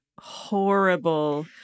horrible